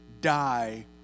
die